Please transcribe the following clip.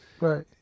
Right